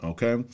Okay